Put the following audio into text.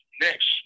Next